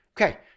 Okay